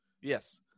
Yes